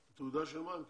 תעודה של מה הם מקבלים?